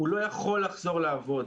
הוא לא יכול לחזור לעבוד.